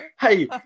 hey